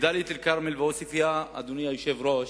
בדאלית-אל-כרמל ועוספיא, אדוני היושב-ראש,